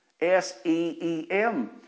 S-E-E-M